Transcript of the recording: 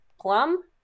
Plum